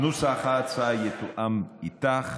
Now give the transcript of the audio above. נוסח ההצעה יתואם איתך,